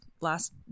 last